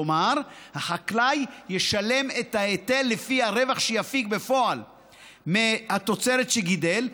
כלומר החקלאי ישלם את ההיטל לפי הרווח שיפיק בפועל מהתוצרת שגידל,